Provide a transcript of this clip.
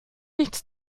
nichts